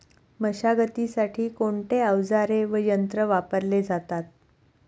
मशागतीसाठी कोणते अवजारे व यंत्र वापरले जातात?